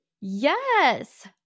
Yes